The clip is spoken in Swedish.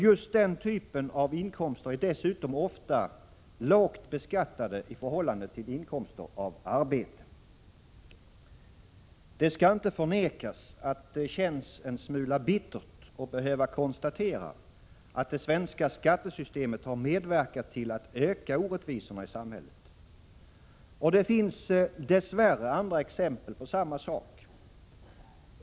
Just den typen av inkomster är dessutom ofta lågt beskattade i förhållande till inkomster av arbete. Det skall inte förnekas att det känns en smula bittert att behöva konstatera att det svenska skattesystemet har medverkat till att öka orättvisorna i samhället. Det finns dess värre andra exempel på samma sak.